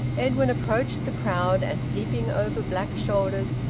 edwin approached the crowd, and, peeping over black shoulders,